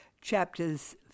chapters